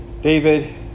David